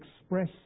express